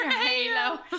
Halo